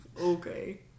Okay